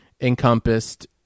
encompassed